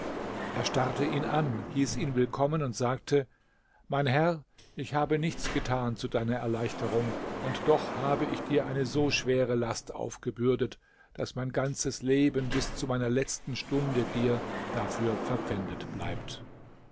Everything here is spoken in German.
er starrte ihn an hieß ihn willkommen und sagte mein herr ich habe nichts getan zu deiner erleichterung und doch habe ich dir eine so schwere last aufgebürdet daß mein ganzes leben bis zu meiner letzten stunde dir dafür verpfändet bleibt